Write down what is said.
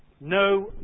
No